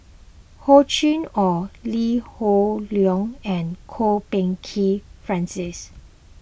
Hor Chim or Lee Hoon Leong and Kwok Peng Kin Francis